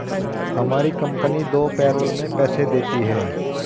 हमारी कंपनी दो पैरोल में पैसे देती है